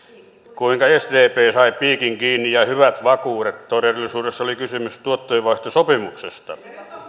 kuinka sdp sai piikin kiinni ja hyvät vakuudet todellisuudessa oli kysymys tuottojenvaihtosopimuksesta